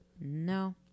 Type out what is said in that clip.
no